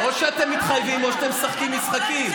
או שאתם מתחייבים או שאתם משחקים משחקים.